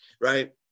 right